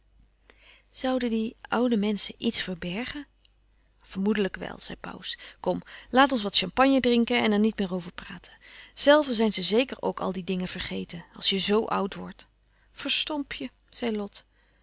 zouden die oùde menschen iets verbergen vermoedelijk wel zei pauws kom laat ons wat champagne drinken en er niet meer over praten zelve zijn ze zeker ook al die dingen vergeten als je zoo oud wordt verstomp je zei lot